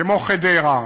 כמו חדרה,